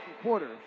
quarter